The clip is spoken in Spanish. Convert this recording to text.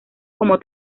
como